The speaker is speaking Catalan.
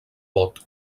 bot